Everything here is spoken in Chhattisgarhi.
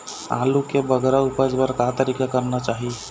आलू के बगरा उपज बर का तरीका करना चाही?